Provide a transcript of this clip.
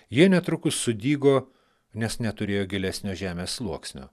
jie netrukus sudygo nes neturėjo gilesnio žemės sluoksnio